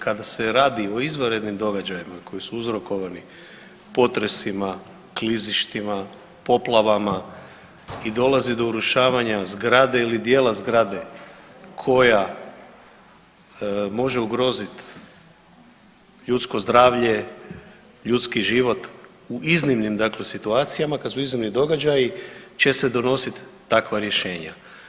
Kada se radi o izvanrednim događajima koji su uzrokovani potresima, klizištima, poplavama i dolazi do urušavanja zgrade ili dijela zgrade koja može ugroziti ljudsko zdravlje, ljudski život u iznimnim dakle situacijama, kad su iznimni događaji će se donosit takva rješenja.